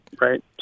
Right